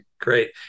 great